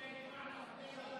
אם כן,